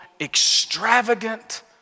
extravagant